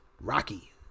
Rocky